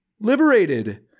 liberated